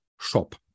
shop